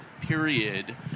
period